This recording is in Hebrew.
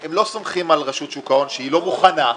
הם לא סומכים על רשות שוק ההון שהיא לא מוכנה -- לא,